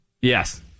Yes